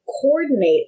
coordinate